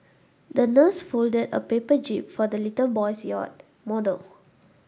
the nurse folded a paper jib for the little boy's yacht model